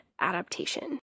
adaptation